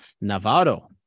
Navarro